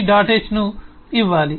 h ను ఇవ్వాలి